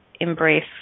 embrace